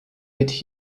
mit